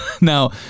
Now